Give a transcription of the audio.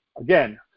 again